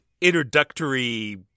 introductory